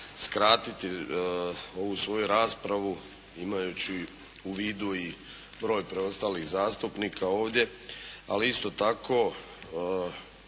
skratiti ovu svoju raspravu imajući u vidu i broj preostalih zastupnika ovdje, ali isto tako